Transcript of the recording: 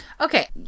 okay